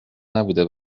نبوده